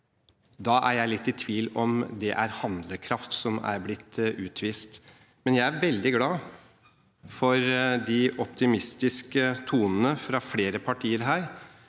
Da er jeg litt i tvil om det er handlekraft som er blitt utvist. Men jeg er veldig glad for de optimistiske tonene fra flere partier her.